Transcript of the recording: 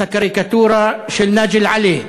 את הקריקטורה של נאג'י אל-עלי,